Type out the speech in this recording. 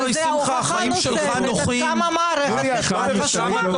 זו הוכחה נוספת עד כמה המערכת חשובה.